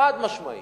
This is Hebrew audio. חד-משמעית.